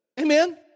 Amen